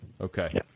Okay